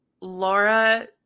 Laura